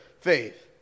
faith